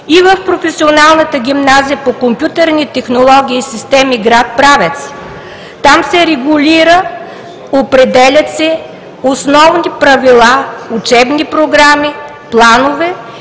и в Професионалната гимназия по компютърни технологии и системи – град Правец, там се регулират и се определят основни правила, учебни програми, планове.